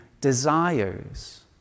desires